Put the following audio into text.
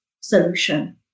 solution